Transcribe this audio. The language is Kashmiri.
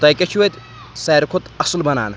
تۄہہِ کیٛاہ چھُو اَتہِ ساروی کھۄتہٕ اَصٕل بَنان